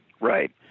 Right